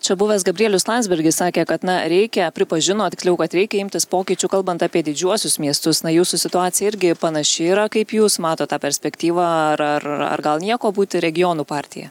čia buvęs gabrielius landsbergis sakė kad na reikia pripažino tiksliau kad reikia imtis pokyčių kalbant apie didžiuosius miestus na jūsų situacija irgi panaši yra kaip jūs matot tą perspektyvą ar ar ar gal nieko būti regionų partija